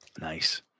Nice